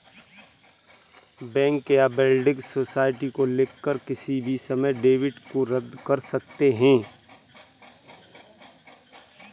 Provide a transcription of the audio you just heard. bank या building society को लिखकर किसी भी समय डेबिट को रद्द कर सकते हैं